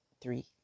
three